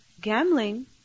gambling